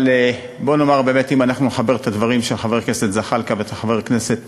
אבל בוא נאמר שאם נחבר את הדברים של חבר הכנסת זחאלקה ושל חבר הכנסת